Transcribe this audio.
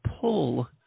pull